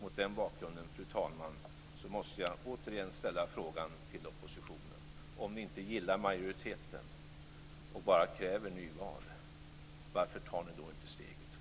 Mot den bakgrunden, fru talman, måste jag återigen ställa frågan till oppositionen: Om ni inte gillar majoriteten och kräver nyval, varför tar ni då inte steget fullt ut?